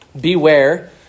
Beware